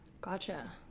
gotcha